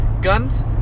guns